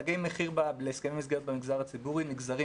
תגי מחיר להסכמי מסגרת במגזר הציבורי נגזרים